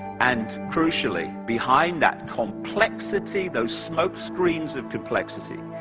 and crucially, behind that complexity, those smoke screens of complexity,